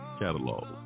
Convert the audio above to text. Catalog